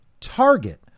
target